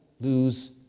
lose